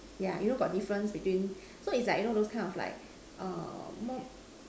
yeah you know got difference between so is like you know those kind of like more